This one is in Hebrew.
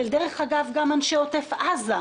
ודרך אגב גם של אנשי עוטף עזה,